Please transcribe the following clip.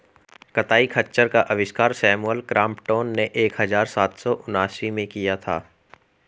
कताई खच्चर का आविष्कार सैमुअल क्रॉम्पटन ने एक हज़ार सात सौ उनासी में किया था